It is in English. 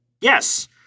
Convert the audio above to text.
Yes